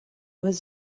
was